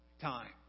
time